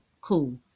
Cool